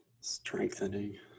Strengthening